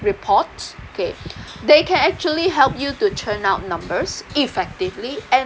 report okay they can actually help you to churn out numbers effectively and